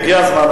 והגיע הזמן,